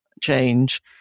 change